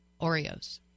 Oreos